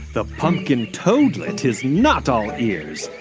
the pumpkin toadlet is not all ears.